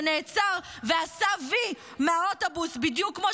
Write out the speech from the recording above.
שנעצר ועשה וי מהאוטובוס בדיוק כמו